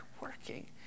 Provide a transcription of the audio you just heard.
working